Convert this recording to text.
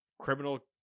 Criminal